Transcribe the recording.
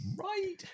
right